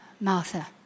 Martha